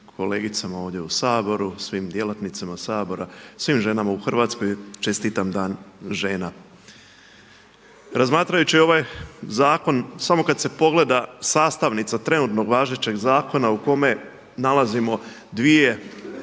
kolegicama ovdje u Sabora, svi djelatnicama Sabora, svim ženama u Hrvatskoj čestitam Dan žena. Razmatrajući ovaj zakon samo kad se pogleda sastavnica trenutnog važećeg zakona u kome nalazimo dvije